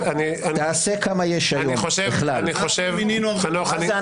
מי זה אנחנו?